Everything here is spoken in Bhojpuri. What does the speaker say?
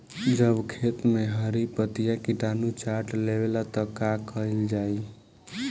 जब खेत मे हरी पतीया किटानु चाट लेवेला तऽ का कईल जाई?